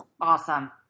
Awesome